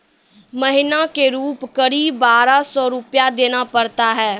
महीना के रूप क़रीब बारह सौ रु देना पड़ता है?